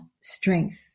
strength